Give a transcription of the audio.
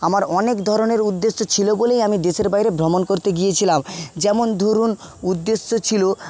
আমার অনেক ধরনের উদ্দেশ্য ছিল বলেই আমি দেশের বাইরে ভ্রমণ করতে গিয়েছিলাম যেমন ধরুন উদ্দেশ্য ছিল